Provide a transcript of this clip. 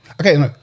Okay